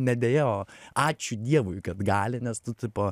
ne deja o ačiū dievui kad gali nes tu tipo